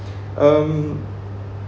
um